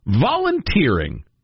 Volunteering